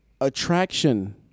Attraction